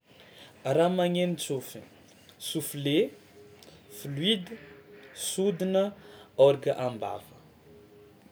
Raha magneno tsôfina: sofle, flute, sodina, orgue am-bava.